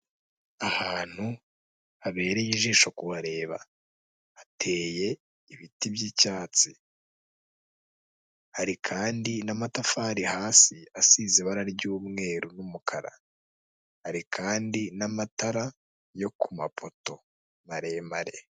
Ahantu habereye ijisho kuhareba, hateye ibiti by'icyatsi. Hari kandi n'amatafari hasi asize ibara ry'umweru n'umukara, hari kandi n'amatara yo ku mapoto maremare.